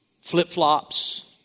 flip-flops